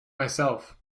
myself